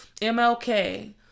MLK